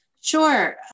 Sure